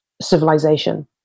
civilization